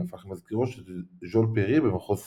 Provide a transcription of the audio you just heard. והפך למזכירו של ז'ול פרי במחוז סיין.